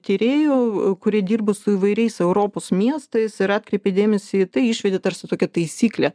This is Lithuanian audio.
tyrėjų kurie dirba su įvairiais europos miestais ir atkreipė dėmesį į tai išvedė tarsi tokią taisyklę